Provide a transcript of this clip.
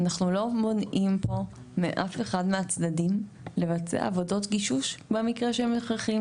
אנחנו לא מונעים פה מאף אחד מהצדדים לבצע עבודות גישוש במקרים ההכרחיים.